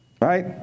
Right